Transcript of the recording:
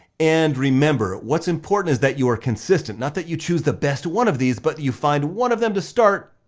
and remember what's important is that you are consistent. not that you choose the best one of these, but that you find one of them to start,